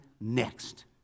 next